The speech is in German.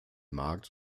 markt